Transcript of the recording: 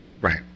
Right